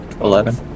Eleven